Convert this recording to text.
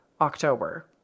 October